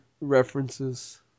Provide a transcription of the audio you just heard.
references